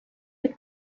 the